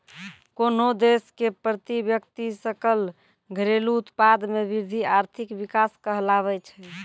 कोन्हो देश के प्रति व्यक्ति सकल घरेलू उत्पाद मे वृद्धि आर्थिक विकास कहलाबै छै